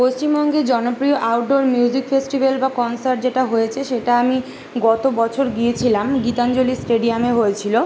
পশ্চিমবঙ্গে জনপ্রিয় outdoor music festival বা কনসার্ট যেটা হয়েছে সেটা আমি গতবছর গিয়েছিলাম গীতাঞ্জলি স্টেডিয়ামে হয়েছিল